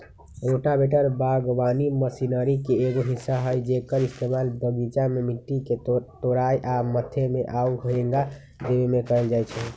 rotavator बगवानी machinery के एगो हिस्सा हई जेक्कर इस्तेमाल बगीचा में मिट्टी के तोराई आ मथे में आउ हेंगा देबे में कएल जाई छई